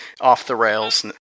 off-the-rails